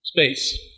Space